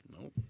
No